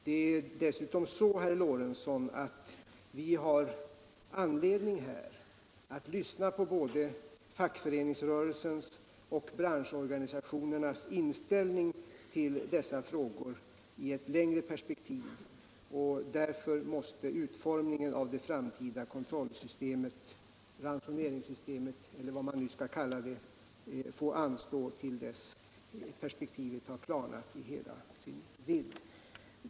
Det är dessutom så, herr Lorentzon, att vi har anledning att här lyssna på både fackföreningsrörelsens och branschorganisationernas analys av dessa frågor i ett längre perspektiv. Därför måste utformningen av det framtida kontrollsystemet, ransoneringssystemet eller vad man nu skall kalla det, anstå tills perspektivet har klarnat i hela sin vidd.